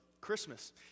Christmas